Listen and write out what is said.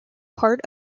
part